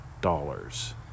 dollars